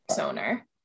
owner